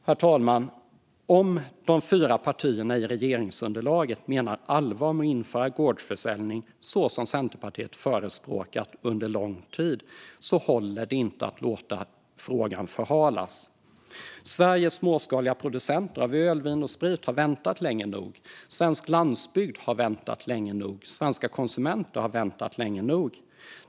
Herr talman! Om de fyra partierna i regeringsunderlaget menar allvar med att införa gårdsförsäljning så som Centerpartiet förespråkat under lång tid håller det inte att låta frågan förhalas. Sveriges småskaliga producenter av öl, vin och sprit har väntat länge nog. Svensk landsbygd har väntat länge nog. Svenska konsumenter har väntat länge nog.